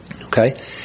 Okay